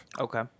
okay